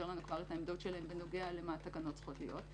לנו את העמדות שלהם בנוגע למה שצריך להיות בתקנות,